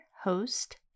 host